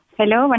Hello